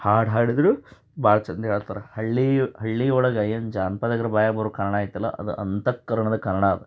ಹಾಡು ಹಾಡಿದ್ರೂ ಭಾಳ ಚೆಂದ ಹೇಳ್ತಾರ ಹಳ್ಳಿ ಹಳ್ಳಿ ಒಳಗೆ ಏನು ಜಾನ್ಪದಗ್ರು ಬಾಯಾಗೆ ಬರೋ ಕನ್ನಡ ಐತಲ ಅದು ಅಂತಃಕರಣದ ಕನ್ನಡ ಅದು